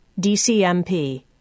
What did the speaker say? DCMP